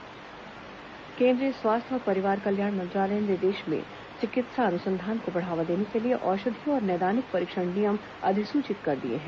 स्वास्थ्य मंत्रालय चिकित्सा अनुसंधान केंद्रीय स्वास्थ्य और परिवार कल्याण मंत्रालय ने देश में चिकित्सा अनुसंधान को बढ़ावा देने के लिए औषधि और नैदानिक परीक्षण नियम अधिसूचित कर दिए हैं